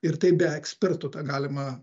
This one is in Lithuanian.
ir tai be ekspertų tą galima